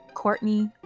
Courtney